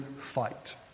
fight